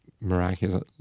Miraculous